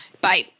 Bye